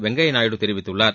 வெங்கப்யா நாயுடு தெரிவித்துள்ளார்